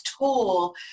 tool